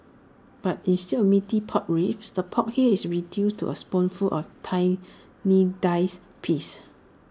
but instead of Meaty Pork Ribs the pork here is reduced to A spoonful of tiny diced pieces